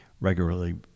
regularly